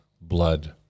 blood